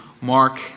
Mark